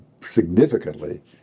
significantly